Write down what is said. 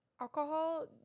alcohol